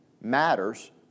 matters